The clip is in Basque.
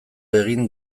egin